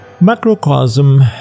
macrocosm